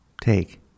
Take